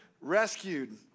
rescued